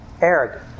arrogant